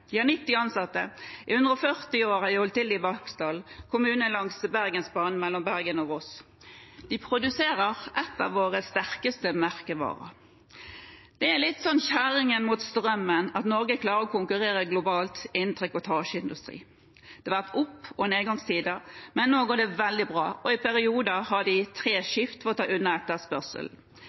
De har 90 ansatte. I 140 år har de holdt til i Vaksdal, en kommune ved Bergensbanen mellom Bergen og Voss. De produserer en av våre sterkeste merkevarer. Det er litt sånn kjerringa mot strømmen at Norge klarer å konkurrere globalt innen trikotasjeindustri. Det har vært oppgangs- og nedgangstider, men nå går det veldig bra, og i perioder har de tre skift for å ta unna